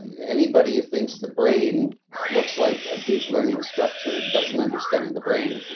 anybody who thinks the brain looks like a deep learning structure doesn't understand the brain.